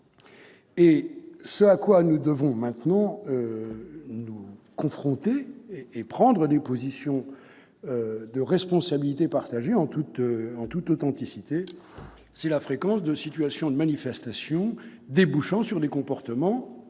Ce à quoi nous devons maintenant nous confronter pour prendre des positions de responsabilités partagées en toute authenticité, c'est à la fréquence de manifestations qui débouchent sur des comportements